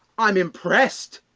um impressed.